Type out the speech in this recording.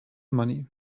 money